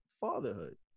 fatherhood